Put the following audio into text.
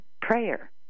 prayer